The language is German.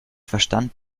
verstand